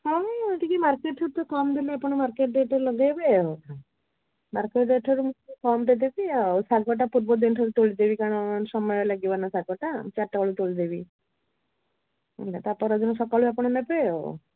ହଁ ହଁ ଟିକିଏ ମାର୍କେଟ୍ ରେଟ୍ରୁ କମ୍ ଦେଲେ ଆପଣ ମାର୍କେଟ୍ ରେଟ୍ରେ ଲଗେଇବେ ଆଉ କ'ଣ ମାର୍କେଟ୍ ରେଟ୍ଠାରୁ କମ୍ ଦେବି ଆଉ ଶାଗଟା ପୂର୍ବ ଦିନଠାରୁ ତୋଳିଦେବି କାରଣ ସମୟ ଲାଗିବନା ଶାଗଟା ଚାରିଟା ବେଳୁ ତୋଳି ଦେବି ହେଲା ତା' ପରଦିନ ସକାଳୁ ଆପଣ ନେବେ ଆଉ